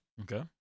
okay